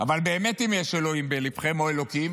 אבל באמת אם יש אלוהים בלבכם או אלוקים